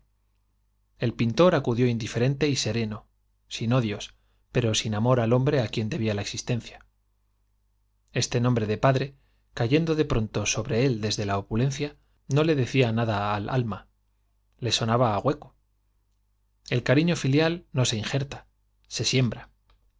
el pintor acudió indiferente y sereno sin odios pero sin al hombre á debía la existencia este amor quien desde nombre de padre cayendo de pronto sobre él la opulencia no le decía nada al alma le sonaba á hueco el cariño filial no se injerta se siembra